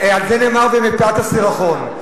על זה נאמר: ומפאת הסירחון.